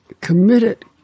committed